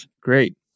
Great